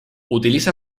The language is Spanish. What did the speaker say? utiliza